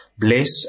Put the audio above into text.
bless